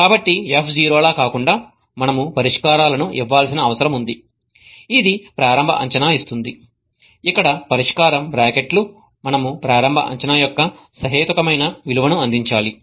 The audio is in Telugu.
కాబట్టి fzero లా కాకుండా మనము పరిష్కారాలను ఇవ్వాల్సిన అవసరం ఉంది ఇది ప్రారంభ అంచనా ఇస్తుంది ఇక్కడ పరిష్కారం బ్రాకెట్లు మనము ప్రారంభ అంచనా యొక్క సహేతుకమైన విలువను అందించాలి